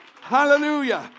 Hallelujah